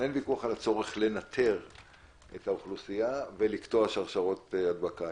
על הצורך לנטר את האוכלוסייה ולקטוע שרשראות הדבקה.